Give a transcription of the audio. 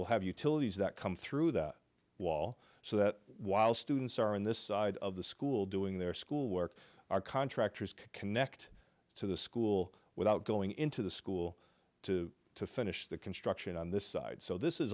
we'll have utilities that come through that wall so that while students are in this side of the school doing their school work our contractors can connect to the school without going into the school to finish the construction on this side so this is